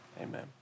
amen